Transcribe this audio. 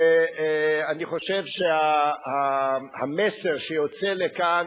ואני חושב שהמסר שיוצא לכאן,